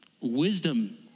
Wisdom